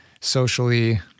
socially